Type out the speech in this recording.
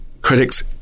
critics